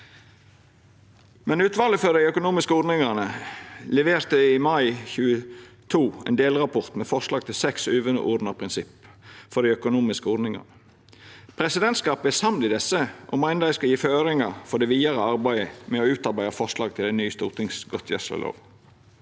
Utvalet for dei økonomiske ordningane leverte i mai 2022 ein delrapport med forslag til seks overordna prinsipp for dei økonomiske ordningane. Presidentskapet er samd i desse, og meiner dei skal gje føringar for det vidare arbeidet med å utarbeida forslag til ein ny stortingsgodtgjerslelov.